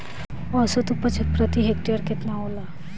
औसत उपज प्रति हेक्टेयर केतना होला?